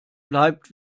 bleibt